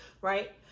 right